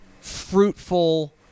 fruitful